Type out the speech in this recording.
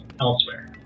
elsewhere